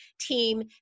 Team